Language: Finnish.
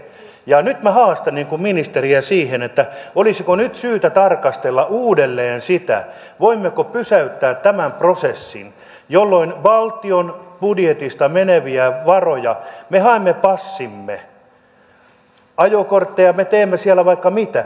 nyt minä haastan ministeriä siihen että olisiko nyt syytä tarkastella uudelleen sitä voimmeko pysäyttää tämän prosessin jolloin valtion budjetista meneviä varoja me haemme passimme ajokortteja me teemme siellä vaikka mitä